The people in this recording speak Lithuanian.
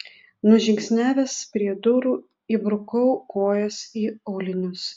nužingsniavęs prie durų įbrukau kojas į aulinius